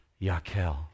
yakel